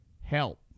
help